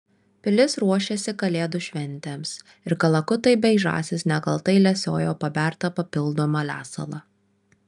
pilis ruošėsi kalėdų šventėms ir kalakutai bei žąsys nekaltai lesiojo pabertą papildomą lesalą